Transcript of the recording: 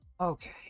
Okay